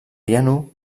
piano